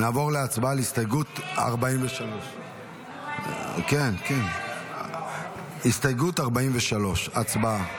נעבור להצבעה על הסתייגות 43. הסתייגות 43, הצבעה.